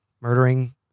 murdering